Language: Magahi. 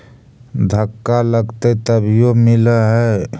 धक्का लगतय तभीयो मिल है?